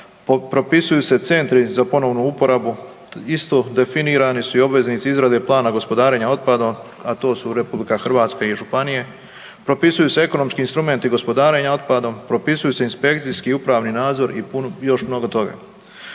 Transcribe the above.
propisuju se centri za ponovnu uporabu, isto definirani su i obveznici izrade plana gospodarenja otpadom, a to su RH i županije, propisuju se ekonomski instrumenti gospodarenja otpadom, propisuju se inspekcijski i upravni nadzor i još mnogo toga.